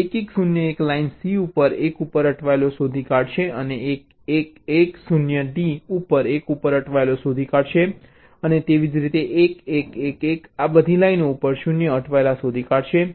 1 1 0 1 line C ઉપર 1 ઉપર અટવાયેલો શોધી કાઢશે અને 1 1 1 0 D ઉપર 1 ઉપર અટવાયેલો શોધી કાઢશે અને તેવી જ રીતે ૧ ૧ ૧ ૧ આ બધી લાઇન ઉપર 0 ઉપર અટવાયેલા શોધી કાઢશે